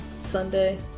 Sunday